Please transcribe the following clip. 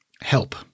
help